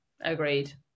agreed